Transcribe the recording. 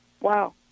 wow